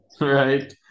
right